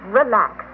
relax